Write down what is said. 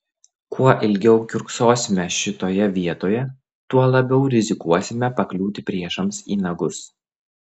kuo ilgiau kiurksosime šitoje vietoje tuo labiau rizikuosime pakliūti priešams į nagus